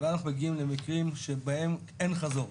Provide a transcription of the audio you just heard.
ואנחנו מגיעים למקרים שבהם אין חזור.